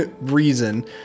reason